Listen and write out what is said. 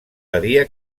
badia